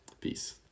Peace